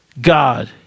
God